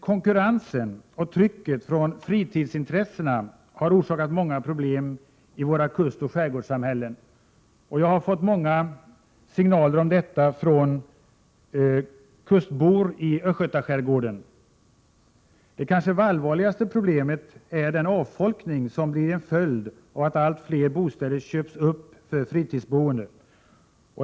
Konkurrensen och trycket från fritidsintressena har orsakat många problem i våra kustoch skärgårdssamhällen. Jag har fått många signaler om detta från kustbor i Östgötaskärgården. Det allvarligaste problemet är kanske den avfolkning som blir en följd av att allt fler bostäder köps upp för fritidsboendet.